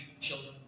children